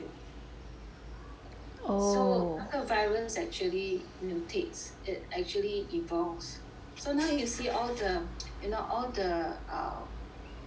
so 那个 virus actually mutates it actually evolves so now you see all the you know all the ah